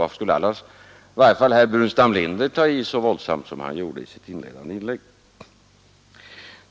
Varför skulle annars i varje fall herr Burenstam Linder ta i så våldsamt som han gjorde i sitt inledande inlägg?